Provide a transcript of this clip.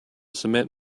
cement